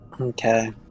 okay